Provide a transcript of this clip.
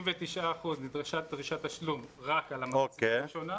69% נדרשה דרישת תשלום רק על המחצית הראשונה.